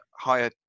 higher